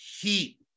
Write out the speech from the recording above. heat